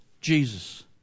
Jesus